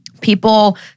people